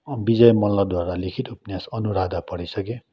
विजय मल्लद्वारा लेखित उपन्यास अनुराधा पढिसकेँ